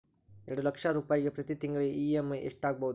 ಎರಡು ಲಕ್ಷ ರೂಪಾಯಿಗೆ ಪ್ರತಿ ತಿಂಗಳಿಗೆ ಇ.ಎಮ್.ಐ ಎಷ್ಟಾಗಬಹುದು?